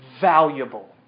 valuable